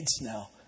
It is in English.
now